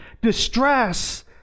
distress